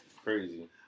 Crazy